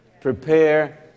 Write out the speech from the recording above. Prepare